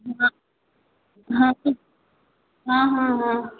ना हाँ हाँ हाँ हाँ हाँ